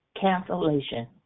cancellation